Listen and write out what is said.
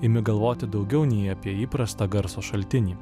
imi galvoti daugiau nei apie įprastą garso šaltinį